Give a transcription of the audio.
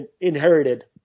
inherited